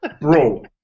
Bro